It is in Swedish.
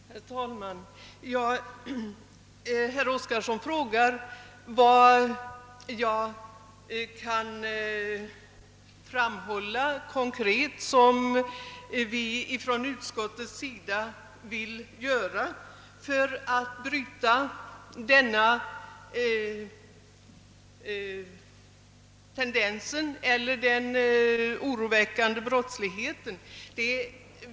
Herr talman! Herr Oskarson frågar, om jag kan anvisa några av de konkreta lagstiftningsåtgärder som utskottet vill föreslå för att bryta den oroväckande tendensen mot ökad brottslighet.